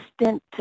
assistant